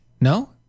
No